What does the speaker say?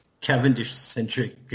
Cavendish-centric